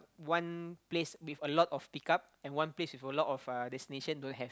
one place with a lot of pick up and one place with a lot of uh destination don't have